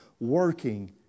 working